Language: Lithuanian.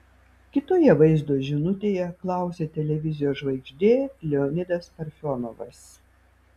kitoje vaizdo žinutėje klausė televizijos žvaigždė leonidas parfionovas